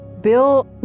Bill